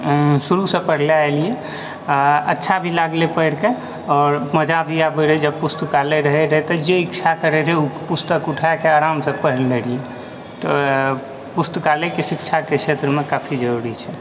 शुरूसँ पढ़ले एलियै आओर अच्छा भी लागलै पढ़िकऽ आओर मजा भी आबै रहै जब पुस्तकालय आबै रहै तऽ जे इच्छा करै रहै ओ पुस्तक उठाकऽ आरामसँ पढ़ि लै रहियै तऽ पुस्तकालयके शिक्षाके क्षेत्रमे काफी जरुरी छै